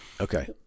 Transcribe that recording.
Okay